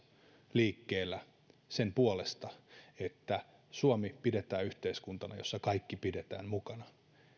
liikkeellä sen puolesta että suomi pidetään yhteiskuntana jossa kaikki pidetään mukana